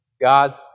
God